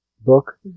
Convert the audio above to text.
book